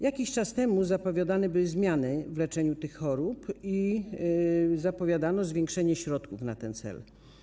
Jakiś czas temu zapowiadane były zmiany w leczeniu tych chorób i zapowiadano zwiększenie środków na ten cel.